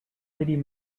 led